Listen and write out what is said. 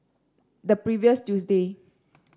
the previous Tuesday